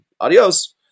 adios